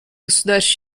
государств